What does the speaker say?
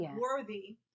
worthy